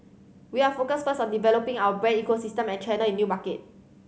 we are focused birds on developing our brand ecosystem and channel in new market